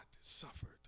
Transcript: suffered